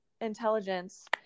intelligence